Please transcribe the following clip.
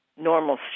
normal